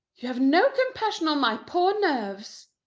you have no compassion on my poor nerves.